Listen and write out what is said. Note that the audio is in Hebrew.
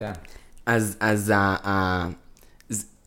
אז.